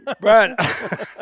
Brad